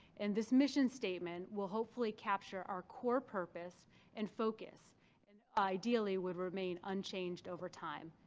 and this mission statement will hopefully capture our core purpose and focus and ideally would remain unchanged over time.